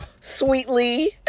sweetly